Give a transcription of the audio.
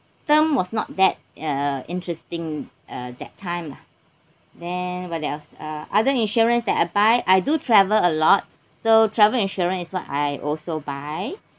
term was not that uh interesting uh that time lah then what else uh other insurance that I buy I do travel a lot so travel insurance is what I also buy